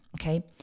Okay